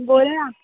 बोल ना